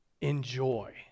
enjoy